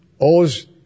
owes